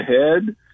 ahead